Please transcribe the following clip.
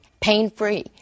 pain-free